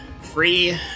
free